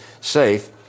safe